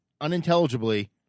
unintelligibly